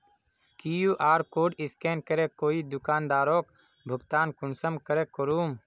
QR code scan करे कोई दुकानदारोक भुगतान कुंसम करे करूम?